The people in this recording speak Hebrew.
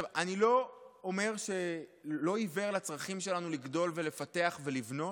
אני לא עיוור לצרכים שלנו לגדול ולפתח ולבנות,